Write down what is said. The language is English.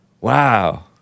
Wow